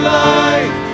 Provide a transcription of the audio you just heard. life